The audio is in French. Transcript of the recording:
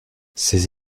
ces